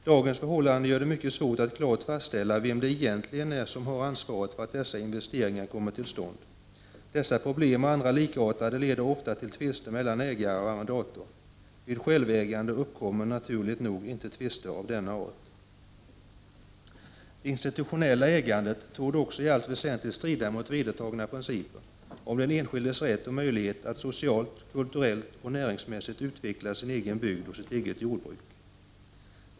Dagens förhållanden gör det mycket svårt att klart fastställa vem det egentligen är som har ansvaret för att dessa investeringar kommer till stånd. Dessa problem och andra likartade leder ofta till tvister mellan ägare och arrendator. Vid självägande uppkommer naturligt nog inte tvister av denna art. Det institutionella ägandet torde i allt väsentligt strida mot vedertagna principer om den enskildes rätt och möjlighet att socialt, kulturellt och näringsmässigt utveckla sin egen bygd och sitt eget jordbruk.